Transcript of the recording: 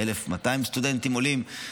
1,200 סטודנטים עולים.